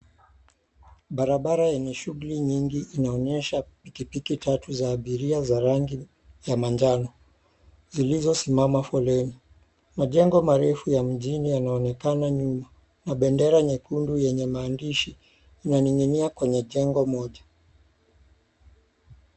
Barabara yenye shughuli nyingi inaonyesha pikipiki tatu za abiria za rangi ya manjano zilizosimama foleni. Majengo marefu ya mjini yanaonekana nyuma. Bendera nyekundu yenye maandishi inaning'inia kwenye jengo moja.